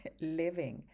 living